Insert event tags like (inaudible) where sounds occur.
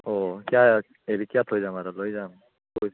অ' কিয় হেৰি কিয় থৈ যাম আৰু লৈ যাম (unintelligible)